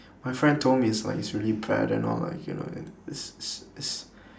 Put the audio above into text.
my friend told me it's like it's really bad and all like you know and it's it's it's